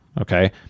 Okay